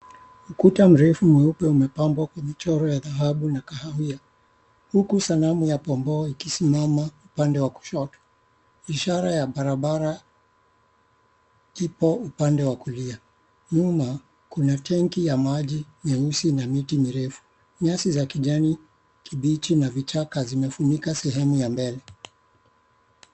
Ukuta mrefu mweupe umepambwa kwa michoro ya dhahabu na kahawia huku sanamu ya pomboo ikisimama upande wa kushoto. Ishara ya barabara ipo upande wa kulia. Nyuma kuna tanki ya maji nyeusi na miti mirefu. Nyasi za kijani kibichi na vichaka zimefunika sehemu ya mbele.